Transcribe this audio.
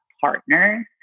partners